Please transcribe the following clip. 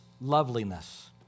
loveliness